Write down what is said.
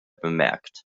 bemerkt